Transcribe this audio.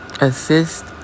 Assist